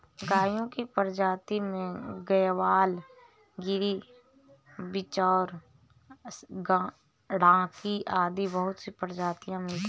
गायों की प्रजाति में गयवाल, गिर, बिच्चौर, डांगी आदि बहुत सी प्रजातियां मिलती है